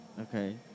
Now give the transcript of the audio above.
Okay